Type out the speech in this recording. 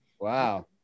Wow